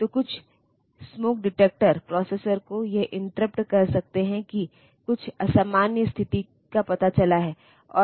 तो कुछ smoke detector processor को यह इंटरप्ट कर सकते हैं कि कुछ असामान्य स्थिति का पता चला है